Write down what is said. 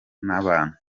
n’abantu